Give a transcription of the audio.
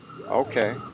Okay